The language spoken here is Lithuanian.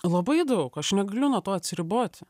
labai daug aš negaliu nuo to atsiriboti